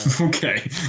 Okay